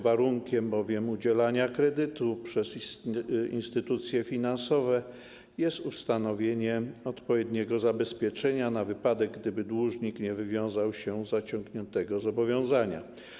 Warunkiem bowiem udzielania kredytu przez instytucje finansowe jest ustanowienie odpowiedniego zabezpieczenia na wypadek, gdyby dłużnik nie wywiązał się z zaciągniętego zobowiązania.